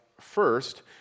first